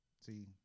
See